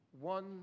one